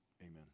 Amen